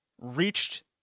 reached